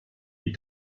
die